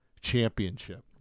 championship